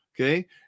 Okay